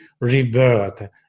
rebirth